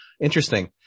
interesting